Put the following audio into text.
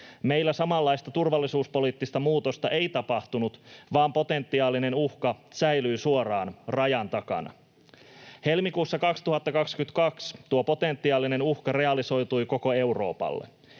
Meillä samanlaista turvallisuuspoliittista muutosta ei tapahtunut, vaan potentiaalinen uhka säilyi suoraan rajan takana. Helmikuussa 2022 tuo potentiaalinen uhka realisoitui koko Euroopalle.